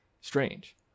strange